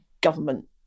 government